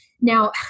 Now